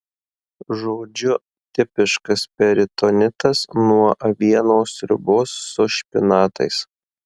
žodžiu tipiškas peritonitas nuo avienos sriubos su špinatais